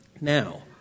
Now